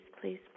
please